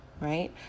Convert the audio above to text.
Right